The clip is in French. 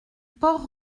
port